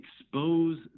expose